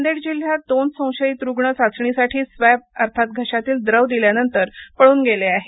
नांदेड जिल्ह्यात दोन संशियत रुग्ण चाचणीसाठी स्वॅब अर्थात घशातील द्रव दिल्यानंतर पळून गेले आहेत